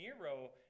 Nero